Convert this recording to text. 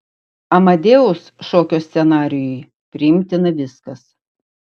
amadeus šokio scenarijui priimtina viskas